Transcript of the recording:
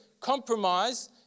Compromise